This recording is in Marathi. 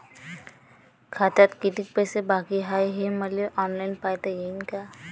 खात्यात कितीक पैसे बाकी हाय हे मले ऑनलाईन पायता येईन का?